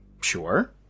Sure